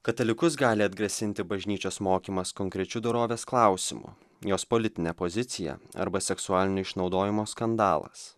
katalikus gali atgrasinti bažnyčios mokymas konkrečiu dorovės klausimu jos politinė pozicija arba seksualinio išnaudojimo skandalas